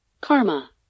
Karma